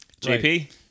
JP